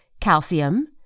calcium